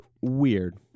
weird